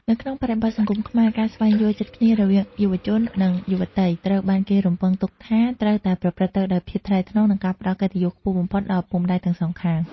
នៅក្នុងបរិបទសង្គមខ្មែរ ការស្វែងយល់ចិត្តគ្នារវាងយុវជន និងយុវតី ត្រូវបានគេរំពឹងទុកថាត្រូវតែប្រព្រឹត្តទៅដោយភាពថ្លៃថ្នូរ និងការផ្ដល់កិត្តិយសខ្ពស់បំផុតដល់ឪពុកម្ដាយទាំងសងខាង។